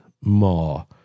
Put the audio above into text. more